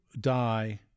die